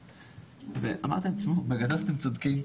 אמרתי להם: בגדול, אתם צודקים.